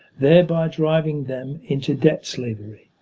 thereby driving them into debt-slavery.